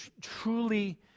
truly